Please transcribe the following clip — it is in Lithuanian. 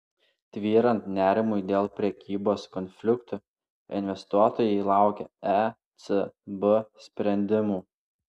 tvyrant nerimui dėl prekybos konfliktų investuotojai laukia ecb sprendimų